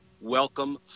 welcome